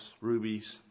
rubies